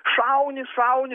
šauni šauni